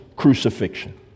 crucifixion